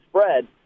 spread